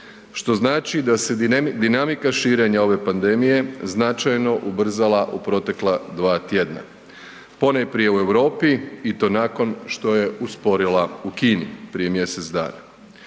Što znači da se dinamika širenja ove pandemije značajno ubrzala u protekla dva tjedna. Ponajprije u Europi i to nakon što je usporila u Kini prije mjesec dana.